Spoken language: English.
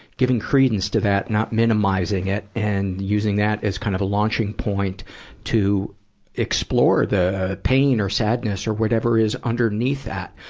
giving credence to that not minimizing it and using that as kind of a launching point to explore the pain or sadness or whatever is underneath that.